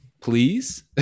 please